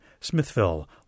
Smithville